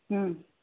ହୁଁ